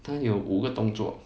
他有五个动作